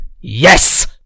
yes